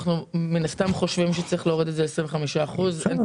מן הסתם אנחנו חושבים שצריך להוריד ל-25 אחוזים.